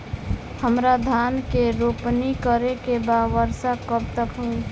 हमरा धान के रोपनी करे के बा वर्षा कब तक होई?